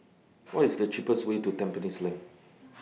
What IS The cheapest Way to Tampines LINK